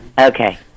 Okay